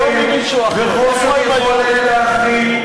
וחוסר יכולת להכיל,